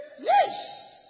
Yes